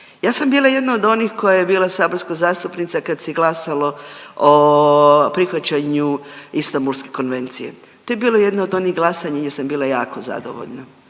Ja sam bila jedna od onih koja je bila saborska zastupnica kad se glasalo o prihvaćanju Istambulske konvencije. To je bilo jedno od onih glasanja gdje sam bila jako zadovoljna.